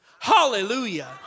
hallelujah